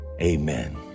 Amen